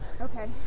Okay